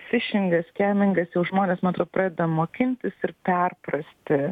fišingas skemingas jau žmonės ma atro pradeda mokintis ir perprasti